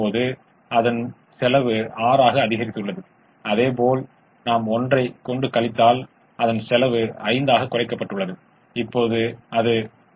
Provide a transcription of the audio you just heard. இப்போது நாம் முயற்சித்து அதிகரிக்கிறோம் மற்றும் புறநிலை செயல்பாட்டின் சிறந்த மதிப்புகளைப் பெறுகிறோமா என்று பார்க்கிறோம்